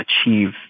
achieve